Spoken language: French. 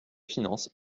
finances